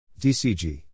DCG